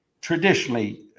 traditionally